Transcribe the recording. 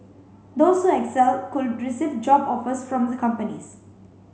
those who excel could receive job offers from the companies